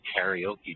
karaoke